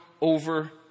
over